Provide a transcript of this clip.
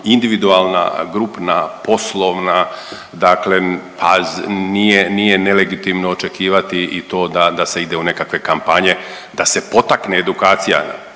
individualna, grupna, poslovna dakle da pa nije, nije nelegitimno očekivati i to da se ide u nekakve kampanje da se potakne edukacija.